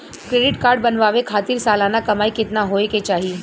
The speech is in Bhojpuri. क्रेडिट कार्ड बनवावे खातिर सालाना कमाई कितना होए के चाही?